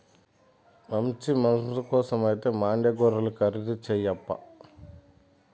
మంచి మాంసం కోసమైతే మాండ్యా గొర్రెలు ఖరీదు చేయప్పా